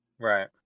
Right